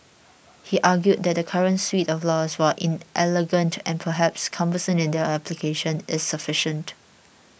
he argued that the current suite of laws while inelegant and perhaps cumbersome in their application is sufficient